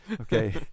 Okay